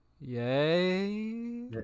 yay